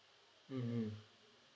mmhmm